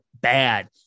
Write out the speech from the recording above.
bad